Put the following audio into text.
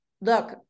look